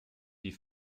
die